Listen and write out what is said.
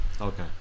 Okay